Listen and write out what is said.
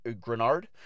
Grenard